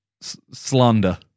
slander